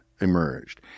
emerged